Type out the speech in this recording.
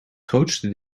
grootste